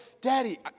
Daddy